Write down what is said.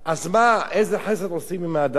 אז איזה חסד עושים עם האדם הזה?